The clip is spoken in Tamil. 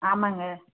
ஆமாங்க